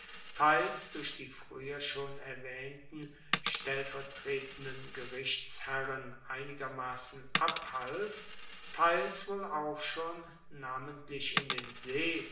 teils durch die frueher schon erwaehnten stellvertretenden gerichtsherren einigermassen abhalf teils wohl auch schon namentlich in den see